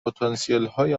پتانسیلهای